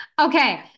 Okay